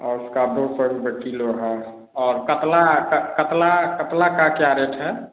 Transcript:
और उनका दो सौ रुपये किलो है और कतला क कतला कतला का क्या रेट है